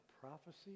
prophecy